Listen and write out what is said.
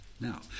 Now